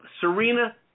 Serena